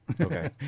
Okay